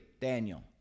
Daniel